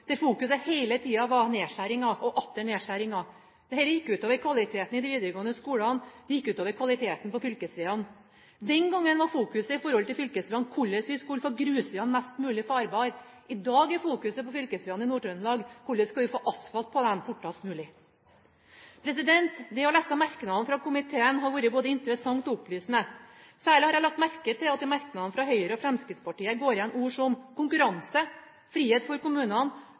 er fokuset, når det gjelder fylkesveiene i Nord-Trøndelag, hvordan vi skal få asfaltert dem fortest mulig. Det å lese merknadene fra komiteen har vært både interessant og opplysende. Særlig har jeg lagt merke til at det i merknadene fra Høyre og Fremskrittspartiet går igjen ord som konkurranse, frihet for kommunene,